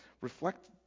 Reflect